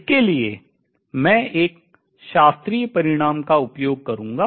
इसके लिए मैं एक शास्त्रीय परिणाम का उपयोग करूंगा